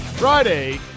Friday